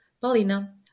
Paulina